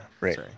Right